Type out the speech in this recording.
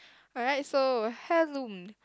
alright so Halloween